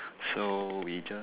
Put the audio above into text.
so we just